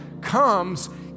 comes